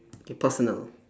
K personal